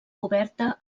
coberta